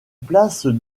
place